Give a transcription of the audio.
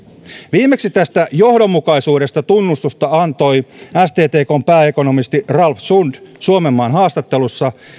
viimeksi tästä johdonmukaisuudesta tunnustusta antoi sttkn pääekonomisti ralf sund suomenmaan haastattelussa